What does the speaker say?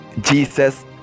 Jesus